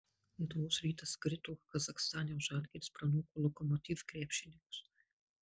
lietuvos rytas krito kazachstane o žalgiris pranoko lokomotiv krepšininkus